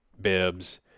bibs